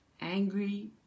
angry